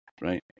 right